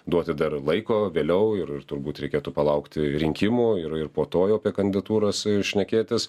duoti dar laiko vėliau ir turbūt reikėtų palaukti rinkimų ir ir po to jau apie kandidatūras šnekėtis